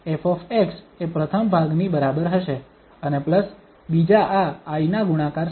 તેથી 𝑓 એ પ્રથમ ભાગની બરાબર હશે અને પ્લસ બીજા આ i ના ગુણાકાર સાથે